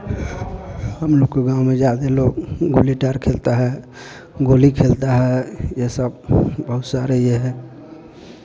हम लोग के गाँव में ज़्यादे लोग गुल्ली डार खेलता है गोली खेलता है ये सब बहुत सारे ये है